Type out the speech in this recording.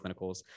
clinicals